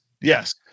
yes